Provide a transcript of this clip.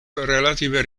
relative